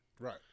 Right